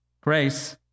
Grace